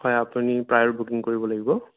হয় আপুনি প্ৰায়'ৰ বুকিং কৰিব লাগিব